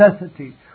necessity